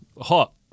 Hot